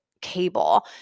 cable